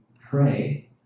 pray